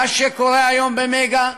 מה שקורה היום ב"מגה"